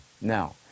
now